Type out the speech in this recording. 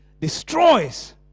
destroys